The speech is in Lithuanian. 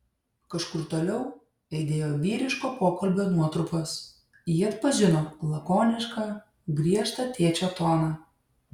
kažkur toliau aidėjo vyriško pokalbio nuotrupos ji atpažino lakonišką griežtą tėčio toną